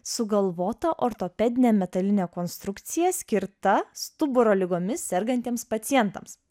sugalvota ortopedinė metalinė konstrukcija skirta stuburo ligomis sergantiems pacientams